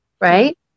right